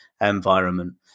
environment